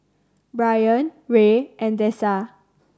Bryan Rey and Dessa